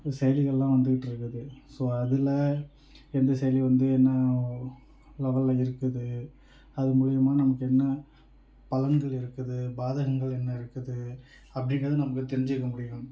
செய்திகள்லாம் வந்துட்டு இருக்குது ஸோ அதில் எந்த செய்தி வந்து என்னா லெவலில் இருக்குது அது மூலிமா நமக்கு என்ன பலன்கள் இருக்குது பாதகங்கள் என்ன இருக்குது அப்படின்றது நமக்கு தெரிஞ்சிக்க முடியும்